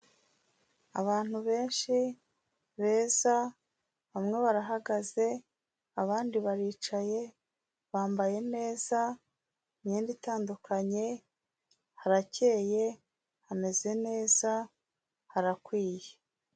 Abantu benshi, beza, bamwe barahagaze, abandi baricaye, bambaye neza, imyenda itandukanye, harakeye, hameze neza, harakwiye.